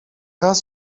raz